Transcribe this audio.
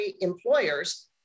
employers